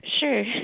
Sure